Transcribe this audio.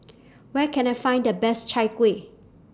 Where Can I Find The Best Chai Kuih